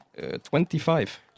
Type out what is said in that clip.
Twenty-five